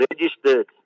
registered